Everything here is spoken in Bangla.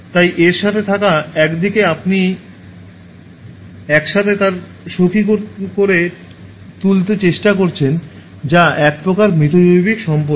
তাই এর সাথে থাকা একদিকে আপনি এক সাথে তাদের সুখী করে তুলতে চেষ্টা করছেন যা এক প্রকার মিথজৈবিক সম্পর্ক